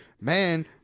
Man